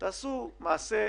לעשות מעשה,